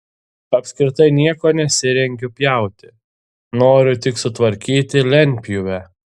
apskritai nieko nesirengiu pjauti noriu tik sutvarkyti lentpjūvę